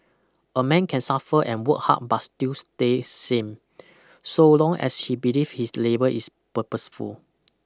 a man can suffer and work hard but still stay same so long as he believe his labour is purposeful